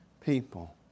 people